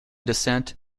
descent